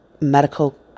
medical